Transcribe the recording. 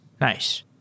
Nice